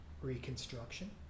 reconstruction